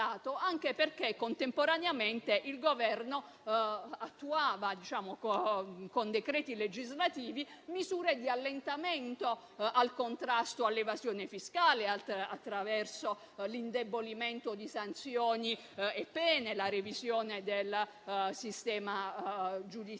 anche perché contemporaneamente il Governo attuava, con decreti legislativi, misure di allentamento al contrasto all'evasione fiscale, attraverso l'indebolimento di sanzioni e pene e la revisione del sistema giudiziario